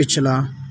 ਪਿਛਲਾ